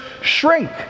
shrink